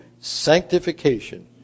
sanctification